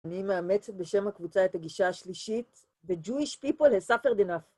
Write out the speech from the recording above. אני מאמצת בשם הקבוצה את הגישה השלישית. The Jewish people have suffered enough.